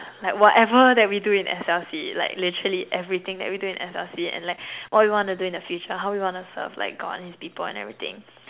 like whatever that we do in S_L_C like literally everything that we do in S_L_C and like what we want to do in the future how we wanna serve like God and his people and everything